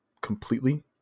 Completely